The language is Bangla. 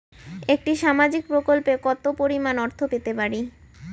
একটি সামাজিক প্রকল্পে কতো পরিমাণ অর্থ পেতে পারি?